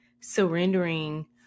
Surrendering